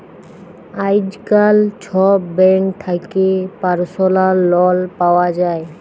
আইজকাল ছব ব্যাংক থ্যাকে পার্সলাল লল পাউয়া যায়